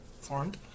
formed